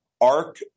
arc